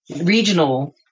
regional